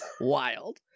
Wild